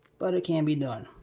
but it can be done.